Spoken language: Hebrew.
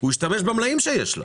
הוא השתמש במלאים שיש לו,